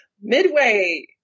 midway